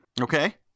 Okay